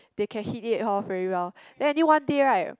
they can hit it off very well then any one day right